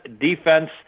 defense